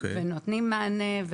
נותנים מענה,